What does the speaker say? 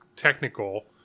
technical